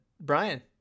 Brian